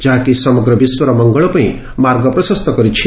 ଯାହାକି ସମଗ୍ର ବିଶ୍ୱର ମଙ୍ଗଳ ପାଇଁ ମାର୍ଗ ପ୍ରଶସ୍ତ କରିଛି